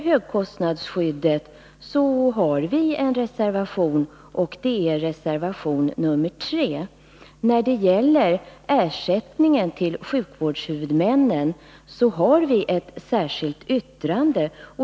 Högkostnadsskyddet har vi tagit upp i reservation nr 3. Beträffande ersättningen till sjukvårdshuvudmännen har vi gjort ett särskilt yttrande.